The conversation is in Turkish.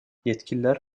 yetkililer